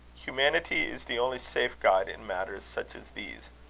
humanity is the only safe guide in matters such as these.